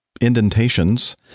indentations